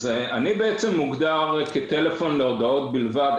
אני בעצם מוגדר כטלפון להודעות בלבד,